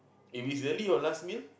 if its really your last meal